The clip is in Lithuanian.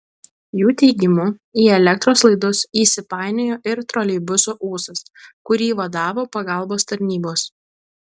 jų teigimu į elektros laidus įsipainiojo ir troleibuso ūsas kurį vadavo pagalbos tarnybos